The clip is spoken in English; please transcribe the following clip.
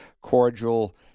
cordial